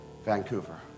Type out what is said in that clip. Vancouver